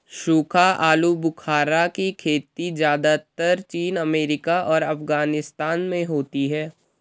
सूखा आलूबुखारा की खेती ज़्यादातर चीन अमेरिका और अफगानिस्तान में होती है